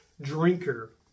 drinker